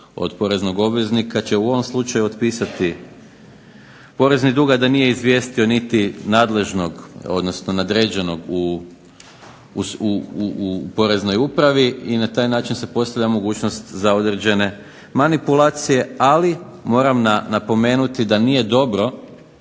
od poreznog obveznika će u ovom slučaju otpisati porezni dug a da nije izvijestio niti nadležnog, odnosno nadređenog u Poreznoj upravi i na taj način se postavlja mogućnost za određene manipulacije. Ali moram napomenuti da nije dobro